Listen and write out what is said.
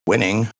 Winning